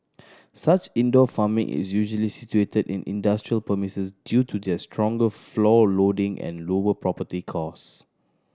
such indoor farming is usually situated in industrial premises due to their stronger floor loading and lower property cost